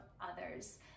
others